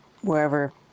wherever